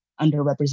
underrepresented